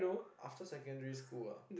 after secondary school ah